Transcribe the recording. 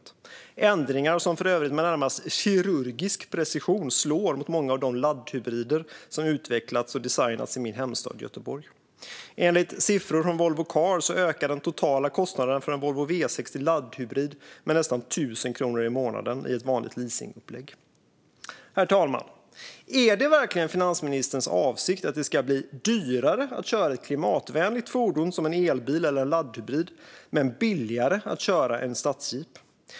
Det är ändringar som för övrigt med närmast kirurgisk precision slår mot många av de laddhybrider som utvecklats och designats i min hemstad Göteborg. Enligt siffror från Volvo Cars ökar den totala kostnaden för en Volvo V60 laddhybrid med nästan 1 000 kronor i månaden i ett vanligt leasingupplägg. Herr talman! Är det verkligen finansministerns avsikt att det ska bli dyrare att köra ett klimatvänligt fordon som en elbil eller en laddhybrid men billigare att köra en stadsjeep?